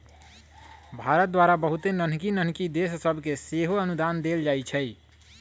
भारत द्वारा बहुते नन्हकि नन्हकि देश सभके सेहो अनुदान देल जाइ छइ